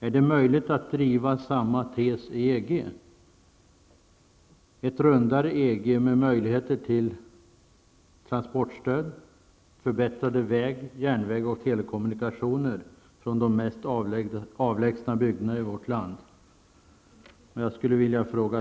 Är det möjligt att driva samma tes i EG: ett rundare EG med möjligheter till transportstöd, förbättrade väg-, järnvägs och telekommunikationer från de mest avlägsna bygderna i vårt land? Hur ser arbetsmarknadsministern på den frågan?